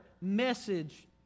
message